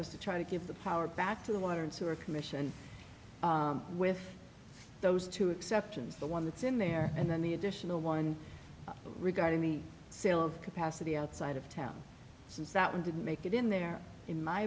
was to try to give the power back to the water and sewer commission with those two exceptions the one that's in there and then the additional one regarding the sale of capacity outside of town since that one didn't make it in there in my